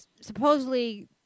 supposedly